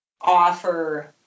offer